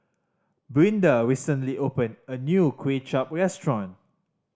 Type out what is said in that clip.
Brinda recently opened a new Kuay Chap restaurant